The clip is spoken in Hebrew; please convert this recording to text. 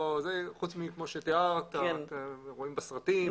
חוץ ממה שרואים בסרטים,